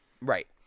Right